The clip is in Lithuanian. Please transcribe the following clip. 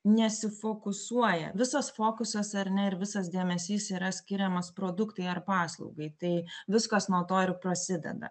nesifokusuoja visas fokusas ar ne ir visas dėmesys yra skiriamas produktui ar paslaugai tai viskas nuo to ir prasideda